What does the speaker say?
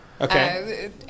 Okay